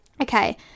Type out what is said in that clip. Okay